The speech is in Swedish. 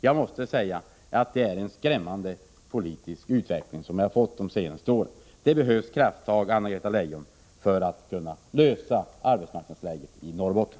Jag måste säga att det är en skrämmande politisk utveckling som vi har fått under de senaste åren. Det behövs krafttag, Anna-Greta Leijon, för att vi skall kunna lösa arbetsmarknadsproblemen i Norrbotten.